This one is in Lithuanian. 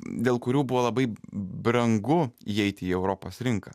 dėl kurių buvo labai brangu įeiti į europos rinką